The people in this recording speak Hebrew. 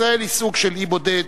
ישראל היא סוג של אי בודד,